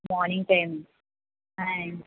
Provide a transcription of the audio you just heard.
morning time ఆయ్